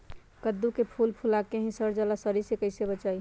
कददु के फूल फुला के ही सर जाला कइसे सरी से बचाई?